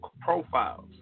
profiles